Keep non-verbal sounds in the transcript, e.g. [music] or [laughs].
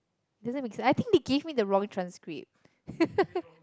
doesn't make sense I think they give me the wrong transcript [laughs]